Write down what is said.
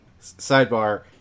Sidebar